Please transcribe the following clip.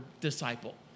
disciple